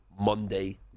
Monday